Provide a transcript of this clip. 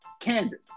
Kansas